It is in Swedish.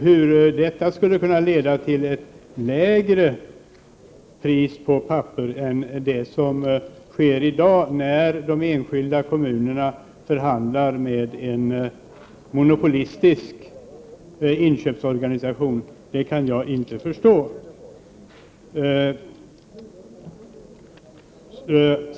Hur detta skulle kunna leda till lägre priser på papper än dagens, när de enskilda kommunerna förhandlar med en monopolistisk inköpsorganisation, kan jag inte förstå.